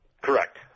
Correct